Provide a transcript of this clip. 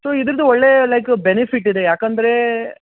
so ಇದ್ರದ್ದು ಒಳ್ಳೆಯ like benefit ಇದೆ ಯಾಕಂದರೆ